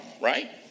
right